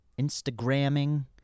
Instagramming